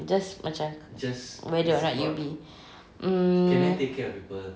just macam whether or not you'll be mm